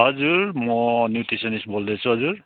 हजुर म न्युट्रिसनिस्ट बोल्दैछु हजुर